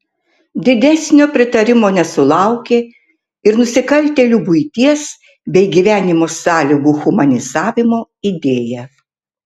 didesnio pritarimo nesulaukė ir nusikaltėlių buities bei gyvenimo sąlygų humanizavimo idėja